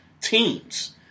teams